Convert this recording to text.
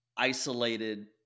isolated